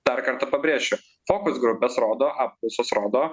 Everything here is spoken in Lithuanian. dar kartą pabrėšiu tokios grupės rodo apklausos rodo